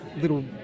little